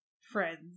friends